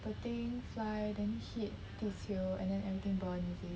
the thing fly then hit things here and then everything burn is it